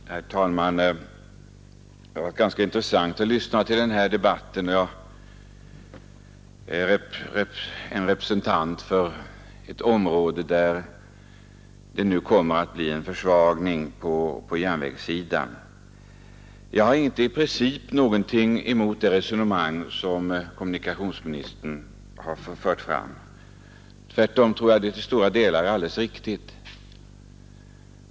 Herr talman! Det har varit ganska intressant att lyssna till den här debatten. Jag är representant för ett område där det nu kommer att bli en försvagning på järnvägssidan, Jag har inte i princip någonting emot det resonemang som kommunikationsministern har fört; tvärtom tror jag att det till stora delar är alldeles riktigt.